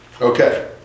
Okay